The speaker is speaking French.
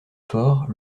fort